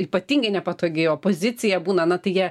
ypatingai nepatogi opozicija būna na tai jie